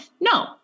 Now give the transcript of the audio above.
No